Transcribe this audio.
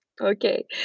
Okay